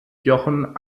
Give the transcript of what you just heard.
jochen